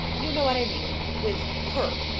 you know what i mean with her.